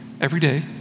everyday